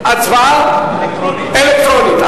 אלקטרונית.